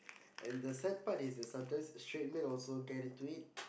and the sad part is the sometimes straight men also get into it